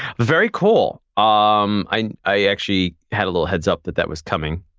very cool! um i i actually had a little heads up that that was coming.